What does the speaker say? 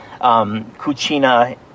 Cucina